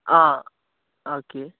ആ ഓക്കെ